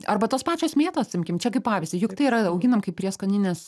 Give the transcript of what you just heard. arba tos pačios mėtos imkim čia kaip pavyzdį juk tai yra auginam kaip prieskonines